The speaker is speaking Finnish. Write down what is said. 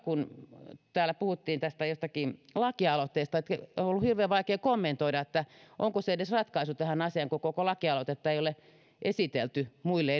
kun täällä puhuttiin jostakin lakialoitteesta niin on ollut hirveän vaikea kommentoida onko se edes ratkaisu tähän asiaan kun koko lakialoitetta ei ole esitelty muille